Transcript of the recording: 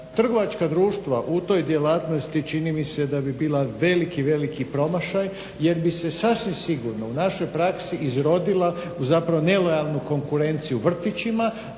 Trgovačka društva u toj djelatnosti čini mi se da bi bila veliki, veliki promašaj jer bi se sasvim sigurno u našoj praksi izrodila u nelojalnu konkurenciju vrtićima,